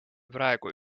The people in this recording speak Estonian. praegu